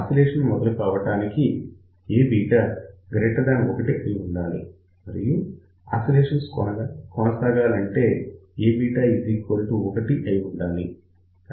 oscillation మొదలవటానికి A β 1 అయి ఉండాలి మరియు ఆసిలేషన్స్ కొనసాగాలంటే Aβ 1 అయిఉండాలి